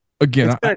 again